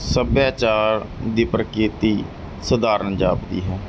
ਸੱਭਿਆਚਾਰ ਦੀ ਪ੍ਰਕਿਰਤੀ ਸਧਾਰਨ ਜਾਪਦੀ ਹੈ